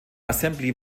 assembly